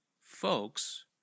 folks